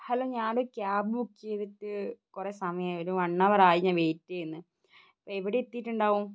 hello ഞാൻ cab book ചെയ്തിട്ട് കുറേ സമയായി ഒരു വൺ അവറായി ഞാൻ വെയ്റ്റ് ചെയ്യുന്നു എവിടെ എത്തിയിട്ടുണ്ടാവും